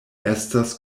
estas